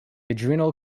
adrenal